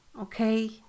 Okay